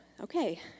okay